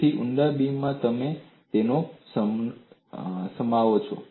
તેથી ઊંડા બીમમાં તમે તેને સમાવો છો